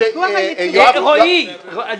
רועי לא.